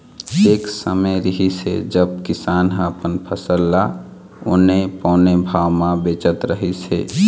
एक समे रिहिस हे जब किसान ह अपन फसल ल औने पौने भाव म बेचत रहिस हे